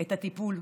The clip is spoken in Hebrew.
את הטיפול,